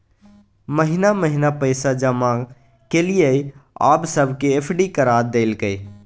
महिना महिना पैसा जमा केलियै आब सबके एफ.डी करा देलकै